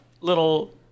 little